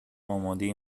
اماده